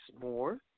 more